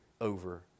over